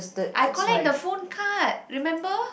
I collect the phone card remember